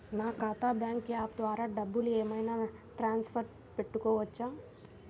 నా ఖాతా bank app ద్వారా డబ్బులు ఏమైనా ట్రాన్స్ఫర్ పెట్టుకోవచ్చా?